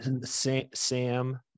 Sam